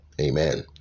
Amen